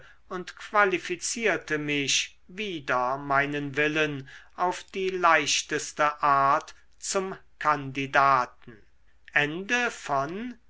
und qualifizierte mich wider meinen willen auf die leichteste art zum kandidaten